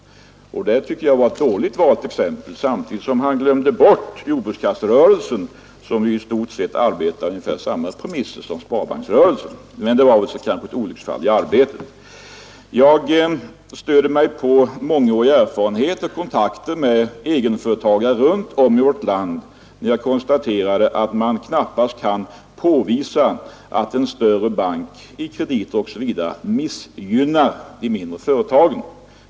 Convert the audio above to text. Det tyckte jag var ett dåligt valt exempel. Samtidigt glömde han bort jordbrukskasserörelsen som i stort sett arbetar på ungefär samma premisser som sparbanksrörelsen. Men det var som sagt kanske ett olycksfall i arbetet. Jag stöder mig på mångårig erfarenhet och kontakter med egenföretagare runt om i vårt land, när jag konstaterar, att man knappast kan påvisa att en större bank i fråga om krediter osv. missgynnar de mindre företagen.